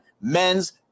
men's